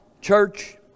church